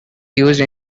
used